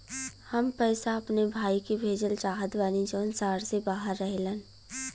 हम पैसा अपने भाई के भेजल चाहत बानी जौन शहर से बाहर रहेलन